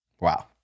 wow